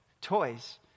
toys